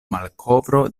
malkovro